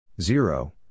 zero